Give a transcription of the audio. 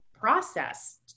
process